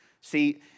See